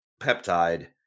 peptide